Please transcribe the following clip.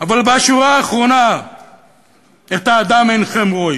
אבל בשורה האחרונה את האדם אינכם רואים.